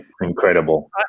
Incredible